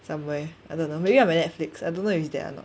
somewhere I don't know maybe on my Netflix I don't know if it's there or not